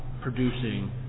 producing